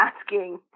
asking